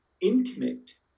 intimate